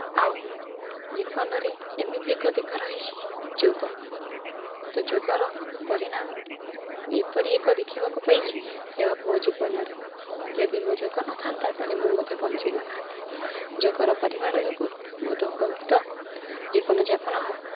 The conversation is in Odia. ଆଉ ଜୀବନରେ ଏମିତି ଏକ ଦିଗ ରହିଛି ଯୋଗ କିନ୍ତୁ ଯୋଗର ପରିଣାମ ମୁଁ ଏପରି ଏକ ଦେଖିବାକୁ ପାଇଛିି ସେ ମୋ ଜୀବନରେ ଯଦି ମୁଁ ଯୋଗ ନଥାନ୍ତା ତା'ହେଲେ ମୁଁ ମଧ୍ୟ ବଞ୍ଚିନଥାନ୍ତି ଯୋଗର ପରିମାଣ ଯୋଗୁଁ ମୋ ରୋକମୁକ୍ତ ଜୀବନଯାପନ